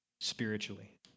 spiritually